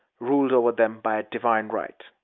ruled over them by a divine right.